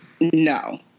no